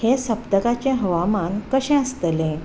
हें सप्तकाचें हवामान कशें आसतलें